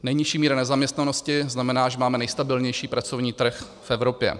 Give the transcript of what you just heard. Nejnižší míra nezaměstnanosti znamená, že máme nejstabilnější pracovní trh v Evropě.